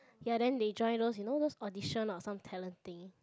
ya then they join those audition or some talent thing